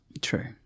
True